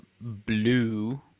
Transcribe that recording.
blue